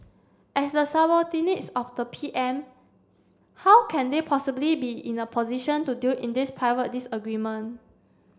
as the subordinates of the P M how can they possibly be in a position to deal in this private disagreement